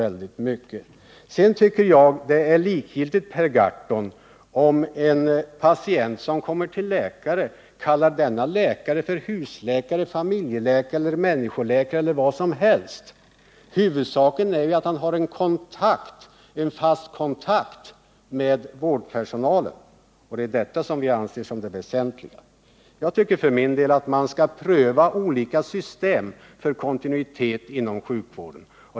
Jag tycker, Per Gahrton, att det är likgiltigt om en patient som kommer till läkaren kallar denne för husläkare, familjeläkare, människoläkare eller något annat — huvudsaken är att han har en fast kontakt med vårdpersonalen. Det är detta som vi anser vara det väsentliga. Enligt min mening är det bra om man prövar olika system för kontinuitet inom sjukvården.